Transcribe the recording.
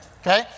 Okay